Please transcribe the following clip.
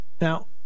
Now